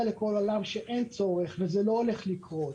לכל העולם שאין צורך וזה לא הולך לקרות